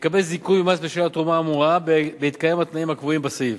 יקבל זיכוי ממס בשל התרומה האמורה בהתקיים התנאים הקבועים בסעיף.